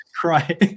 cry